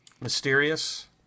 mysterious